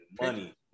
money